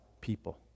people